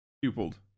Pupiled